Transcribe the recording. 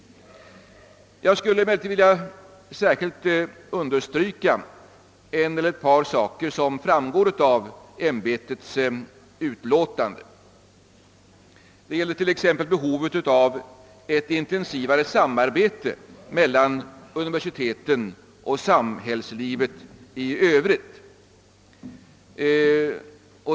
Jag skulle särskilt vilja understryka en eller ett par saker som framgår av ämbetets utlåtande. Det gäller t.ex. behovet av ett intensivare samarbete mel lan universiteten och samhället i övrigt.